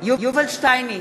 יובל שטייניץ,